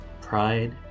pride